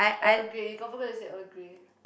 Earl Grey you confirm gonna say Earl Grey